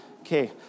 Okay